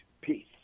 Peace